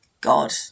God